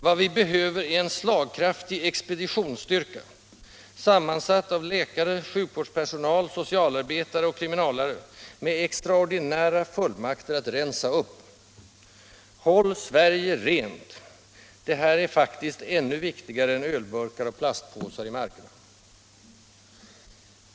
Vad vi behöver är en slagkraftig expeditionsstyrka, sammansatt av läkare, sjukvårdsper sonal, socialarbetare och kriminalare med extraordinära fullmakter att rensa upp. ”Håll Sverige rent!” Det här är faktiskt ännu viktigare än ölburkar och plastpåsar i markerna.